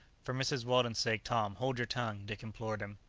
for mrs. weldon's sake, tom, hold your tongue! dick implored him.